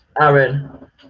Aaron